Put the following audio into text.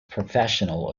professional